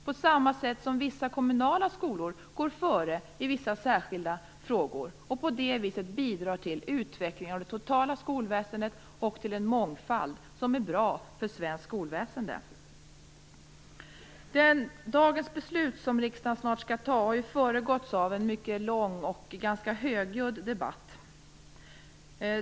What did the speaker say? På samma sätt går vissa kommunala skolor före i andra frågor. På så sätt bidrar man till en utveckling av det totala skolväsendet och till en mångfald som är bra för svenskt skolväsende. Dagens beslut som riksdagen snart skall fatta har föregåtts av en mycket lång och ganska högljudd debatt.